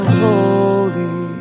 holy